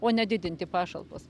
o ne didinti pašalpas